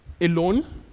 alone